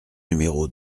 numéro